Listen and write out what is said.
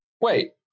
Wait